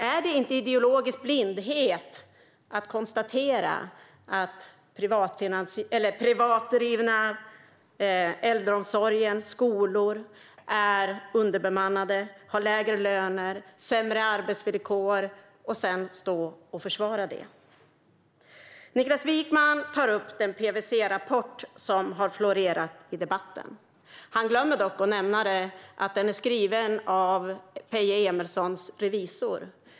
Är det inte ideologisk blindhet att konstatera att privat driven äldreomsorg och skola är underbemannad och har lägre löner och sämre arbetsvillkor och sedan försvara det? Niklas Wykman tar upp den PWC-rapport som har florerat i debatten. Han glömmer dock att nämna att den är skriven av Peje Emilssons revisor.